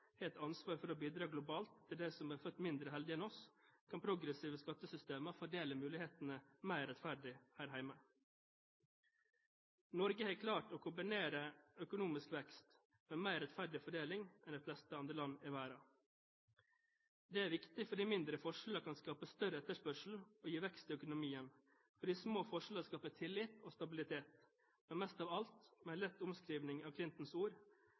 har et ansvar for å bidra globalt for dem som er født mindre heldige enn oss, kan progressive skattesystemer fordele mulighetene mer rettferdig her hjemme. Norge har klart å kombinere økonomisk vekst med mer rettferdig fordeling enn de fleste andre land i verden. Det er viktig, fordi mindre forskjeller kan skape større etterspørsel og gi vekst i økonomien, og fordi små forskjeller skaper tillit og stabilitet, men, mest av alt, med en lett omskriving av Clintons ord,